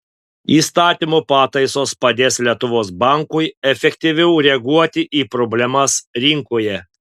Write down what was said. įstatymo pataisos padės lietuvos bankui efektyviau reaguoti į problemas rinkoje